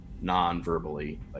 non-verbally